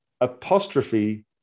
apostrophe